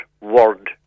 word